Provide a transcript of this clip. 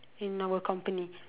in our company